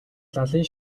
лалын